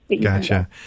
Gotcha